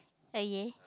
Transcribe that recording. uh yeah